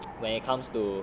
when it comes to